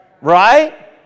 right